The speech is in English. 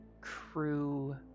crew